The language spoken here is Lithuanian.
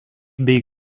bei